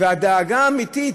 הדאגה האמיתית,